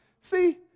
See